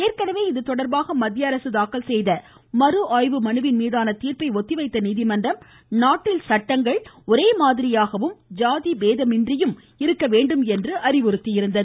ஏற்கனவே இதுதொடர்பாக மத்திய அரசு தாக்கல் செய்த மறு ஆய்வு மனுவின் மீதான தீர்ப்பை ஒத்திவைத்த நீதிமன்றம் நாட்டில் சட்டங்கள் ஒரே மாதிரியாகவும் ஜாதி பேதமின்றியும் இருக்க வேண்டும் என்று அறிவுறுத்தியிருந்தது